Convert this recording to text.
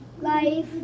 Life